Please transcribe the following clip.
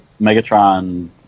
Megatron